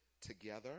together